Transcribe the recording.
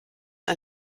ein